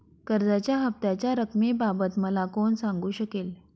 कर्जाच्या हफ्त्याच्या रक्कमेबाबत मला कोण सांगू शकेल?